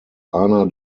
einer